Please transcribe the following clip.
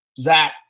Zach